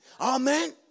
Amen